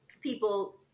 people